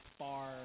far